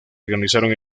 organizaron